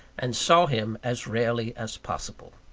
and saw him as rarely as possible.